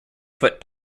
foot